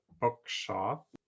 bookshop